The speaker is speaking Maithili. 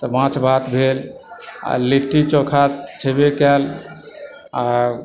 तऽ माछ भात भेल आ लिट्टी चोखा छयबे कयल आ